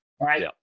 right